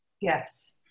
Yes